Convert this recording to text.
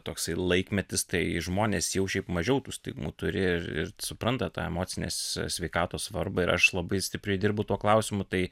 toksai laikmetis tai žmonės jau šiaip mažiau tų stigmų turi ir ir supranta tą emocinės sveikatos svarbą ir aš labai stipriai dirbu tuo klausimu tai